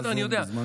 בסדר, אני יודע.